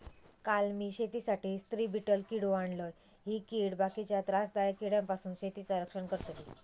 काल मी शेतीसाठी स्त्री बीटल किडो आणलय, ही कीड बाकीच्या त्रासदायक किड्यांपासून शेतीचा रक्षण करतली